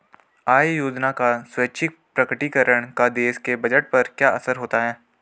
आय योजना का स्वैच्छिक प्रकटीकरण का देश के बजट पर क्या असर होता है?